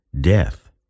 death